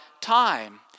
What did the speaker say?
time